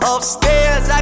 Upstairs